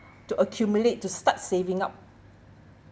to accumulate to start saving up